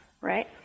right